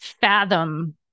fathom